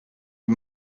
die